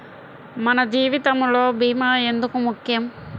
మన జీవితములో భీమా ఎందుకు ముఖ్యం?